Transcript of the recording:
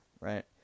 right